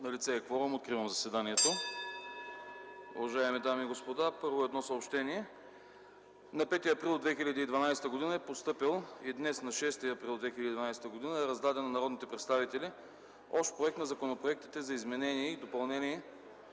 Налице е кворум. Откривам пленарното заседание. (Звъни.) Уважаеми дами и господа, първо, едно съобщение. На 5 април 2012 г. е постъпил и днес, на 6 април 2012 г., е раздаден на народните представители Общ проект на законопроектите за изменение и допълнение